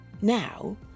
Now